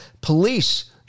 Police